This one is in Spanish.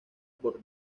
por